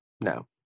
no